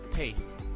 taste